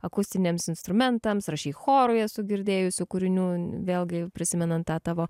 akustiniams instrumentams rašei chorui esu girdėjusi kūrinių vėlgi prisimenant tą tavo